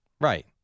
Right